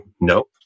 nope